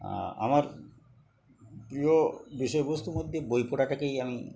আমার প্রিয় বিষয়বস্তুর মধ্যে বই পড়াটাকেই আমি